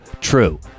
true